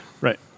Right